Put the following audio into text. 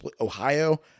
Ohio